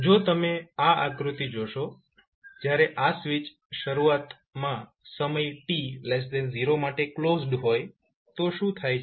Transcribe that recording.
જો તમે આ આકૃતિ જોશો જ્યારે આ સ્વીચ શરૂઆતમાં સમય t0 માટે ક્લોઝડ હોય તો શું થાય છે